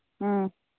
ꯎꯝ